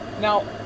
Now